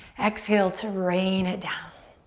exhale to rain it down.